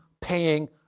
paying